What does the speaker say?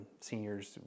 seniors